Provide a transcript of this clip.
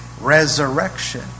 resurrection